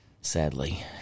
Sadly